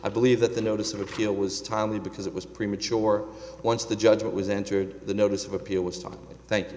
i believe that the notice of appeal was timely because it was premature once the judgment was entered the notice of appeal was done thank